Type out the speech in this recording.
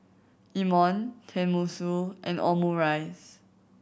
Imoni Tenmusu and Omurice